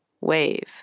wave